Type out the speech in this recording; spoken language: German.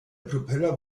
propeller